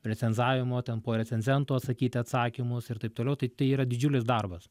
recenzavimo ten po recenzento atsakyti atsakymus ir taip toliau tai tai yra didžiulis darbas